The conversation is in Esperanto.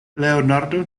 leonardo